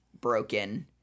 broken